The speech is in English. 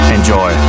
Enjoy